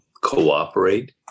cooperate